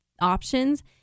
options